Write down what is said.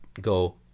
go